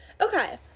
Okay